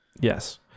Yes